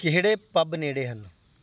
ਕਿਹੜੇ ਪੱਬ ਨੇੜੇ ਹਨ